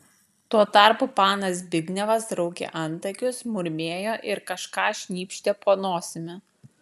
tuo tarpu panas zbignevas raukė antakius murmėjo ir kažką šnypštė po nosimi